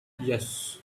yes